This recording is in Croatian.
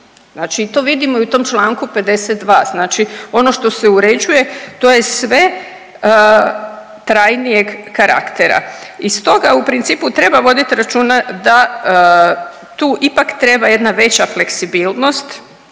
Znači to vidimo i u tom čl. 52. znači ono što se uređuje to je sve trajnijeg karaktera. I stoga u principu treba vodit računa da tu ipak treba jedna veća fleksibilnost,